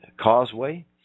causeway